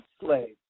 slaves